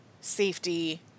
safety